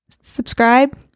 subscribe